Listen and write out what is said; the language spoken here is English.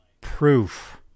proof